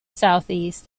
southeast